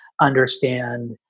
understand